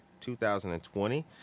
2020